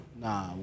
Nah